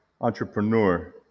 entrepreneur